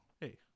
hey